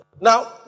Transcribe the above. Now